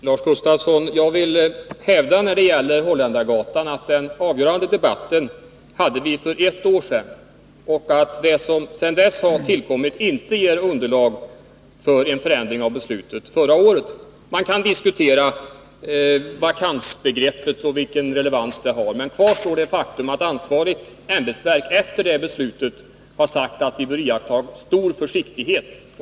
Herr talman! Beträffande Holländargatan vill jag hävda, Lars Gustafsson, att vi hade den avgörande debatten för ett år sedan och att det som sedan dess har tillkommit inte ger underlag för en förändring av beslutet från förra året. Man kan diskutera vilken relevans vakansbegreppet har, men kvar står det faktum att det ansvariga ämbetsverket efter det aktuella beslutet har sagt att vi bör iaktta stor försiktighet.